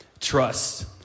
trust